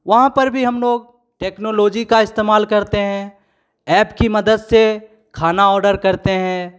वहाँ पर भी हम लोग टेक्नोलॉजी का इस्तेमाल करते हैं ऐप की मदद से खाना ऑर्डर करते हैं